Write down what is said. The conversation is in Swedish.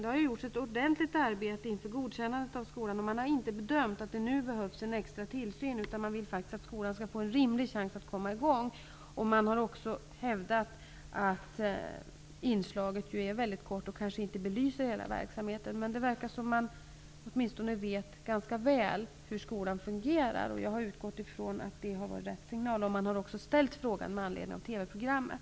Det har gjorts ett ordentligt arbete inför godkännandet av skolan, och man har inte bedömt att det nu behövs en extra tillsyn. Man vill att skolan skall få en rimlig chans att komma i gång. Man har också hävdat att TV-inslaget är mycket kort och kanske inte belyser hela verksamheten. Det verkar som om man ganska väl vet hur skolan fungerar, och jag har utgått från att man har givit rätt signal. Man har också ställt sig frågor med anledning av TV-programmet.